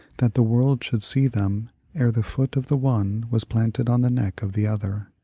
that the world should see them ere the foot of the one was planted on the neck of the other.